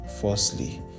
Firstly